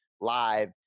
live